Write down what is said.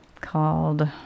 called